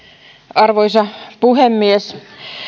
arvoisa puhemies